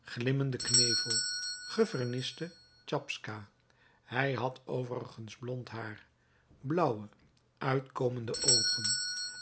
glimmenden knevel geverniste chapska hij had overigens blond haar blauwe uitkomende oogen